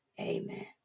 amen